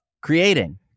creating